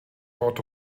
port